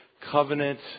covenant